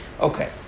Okay